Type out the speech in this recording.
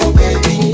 baby